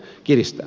sanon